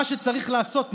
מה שצריך לעשות,